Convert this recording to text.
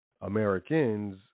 Americans